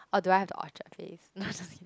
or do I have the Orchard face no just kidding